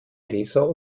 laser